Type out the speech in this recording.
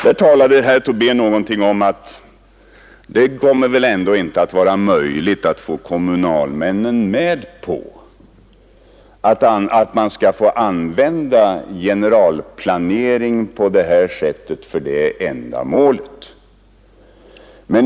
Herr Tobé sade någonting om att det väl ändå inte kommer att vara möjligt att få kommunalmännen med på att generalplaneringen skall få användas på det sättet för detta ändamål.